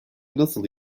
nasıl